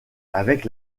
avec